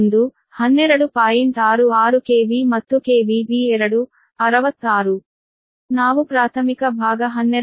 66 KV ಮತ್ತು B2 66 ನಾವು ಪ್ರಾಥಮಿಕ ಭಾಗ 12